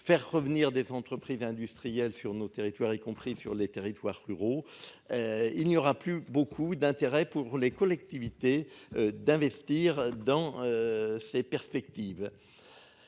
faire revenir des entreprises industrielles sur nos territoires, y compris sur les territoires ruraux. Il n'y aura plus beaucoup d'intérêt pour les collectivités d'investir. Dans. Ses perspectives.